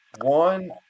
one